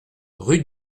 rue